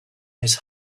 his